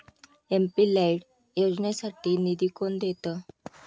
MP LAD योजनेसाठी निधी कोण देतं?